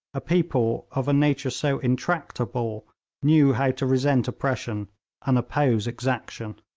a people of a nature so intractable knew how to resent oppression and oppose exaction.